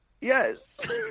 Yes